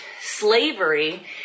slavery